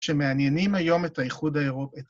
שמעניינים היום את האיחוד האירופאי.